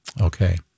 Okay